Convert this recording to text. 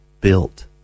built